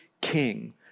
King